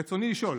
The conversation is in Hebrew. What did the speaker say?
רצוני לשאול: